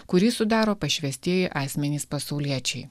kurį sudaro pašvęstieji asmenys pasauliečiai